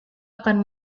akan